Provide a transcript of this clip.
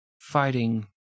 Fighting